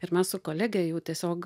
ir mes su kolege jau tiesiog